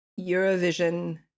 Eurovision